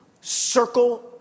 circle